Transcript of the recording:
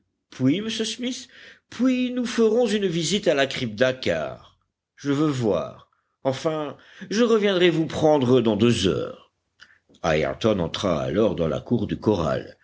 puis monsieur smith puis nous ferons une visite à la crypte dakkar je veux voir enfin je reviendrai vous prendre dans deux heures ayrton entra alors dans la cour du corral